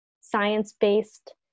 science-based